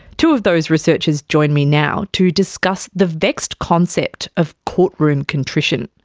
two of those researchers join me now to discuss the vexed concept of courtroom contrition.